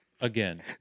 Again